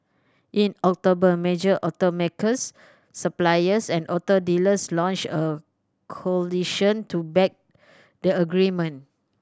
in October major automakers suppliers and auto dealers launched a coalition to back the agreement